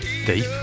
deep